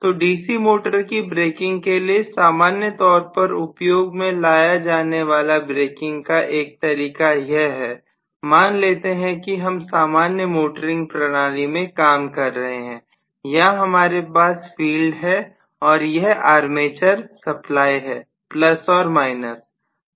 तो DC motor की braking के लिए सामान्य तौर पर उपयोग में लाया जाने वाला ब्रेकिंग का एक तरीका यह है मान लेते हैं कि हम सामान्य मोटरिंग प्रणाली में काम कर रहे हैं यहां हमारे पास फील्ड है और यह आर्मेचर सप्लाई है प्लस और माइनस